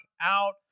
out